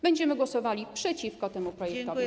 Będziemy głosowali przeciwko temu projektowi.